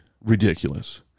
ridiculous